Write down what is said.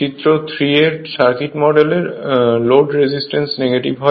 চিত্র 3 এর সার্কিট মডেলে লোড রেজিস্ট্যান্স নেগেটিভ হয়